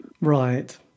Right